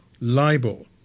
libel